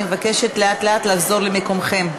אני מבקשת לאט-לאט לחזור למקומות.